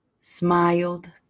smiled